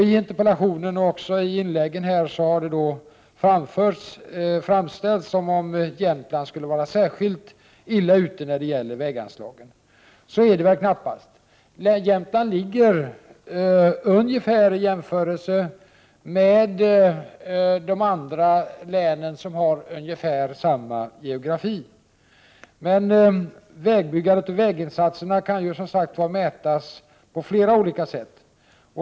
I interpellationen och i inläggen här har det framställts så att Jämtland skulle vara särskilt illa ute när det gäller väganslagen, men så är det knappast. Jämtland ligger på ungefär samma nivå som andra län med liknande geografi. Vägbyggandet och väginsatserna kan mätas på flera olika sätt.